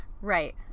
Right